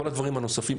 כל הדברים הנוספים,